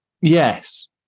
Yes